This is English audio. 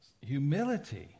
Humility